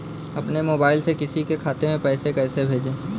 अपने मोबाइल से किसी के खाते में पैसे कैसे भेजें?